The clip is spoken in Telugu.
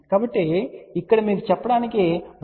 కాబట్టి ఇక్కడ మీకు చెప్పడానికి 2